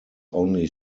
only